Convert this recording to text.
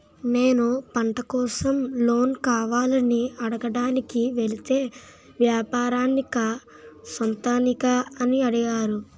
నేను పంట కోసం లోన్ కావాలని అడగడానికి వెలితే వ్యాపారానికా సొంతానికా అని అడిగారు